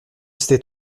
c’était